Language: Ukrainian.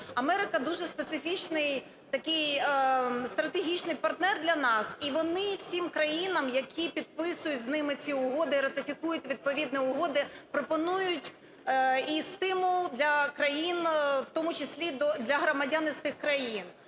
Америка дуже специфічний такий стратегічний партнер для нас і вони всім країнам, які підписують з ними ці угоди, і ратифікують відповідні угоди, пропонують і стимул для країн, в тому числі для громадян із тих країн.